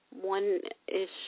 one-ish